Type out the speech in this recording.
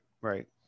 right